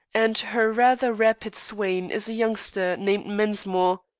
and her rather rapid swain is a youngster named mensmore.